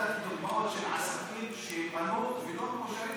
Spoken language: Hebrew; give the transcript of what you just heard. נתנה מענק לעצמאים, ובעצם כל הנושא הזה